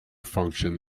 function